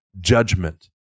judgment